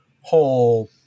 whole